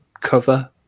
cover